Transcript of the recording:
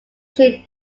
jin